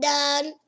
Done